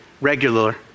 regular